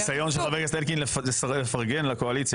זה ניסיון של חבר הכנסת אלקין לפרגן לקואליציה,